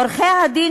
עורכי-הדין